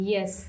Yes